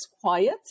quiet